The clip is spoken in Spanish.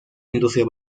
industria